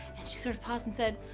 and she sort of paused and said,